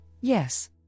Yes